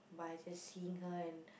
by just seeing her and